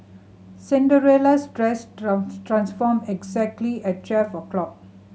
Cinderella's dress transformed exactly at twelve o'clock